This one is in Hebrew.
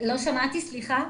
לא שמעתי, סליחה.